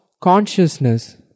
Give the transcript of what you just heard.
consciousness